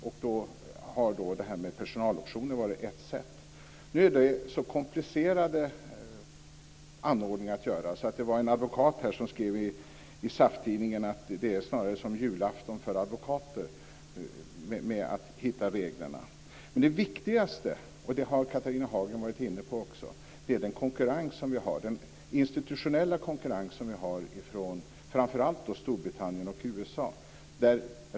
Och då har personaloptioner varit ett sätt. Nu är det så komplicerade anordningar att det var en advokat som skrev i SAF-tidningen att det är som julafton för advokater att hitta reglerna. Men det viktigaste - och det har Catharina Hagen också varit inne på - är den institutionella konkurrens vi har från framför allt Storbritannien och USA.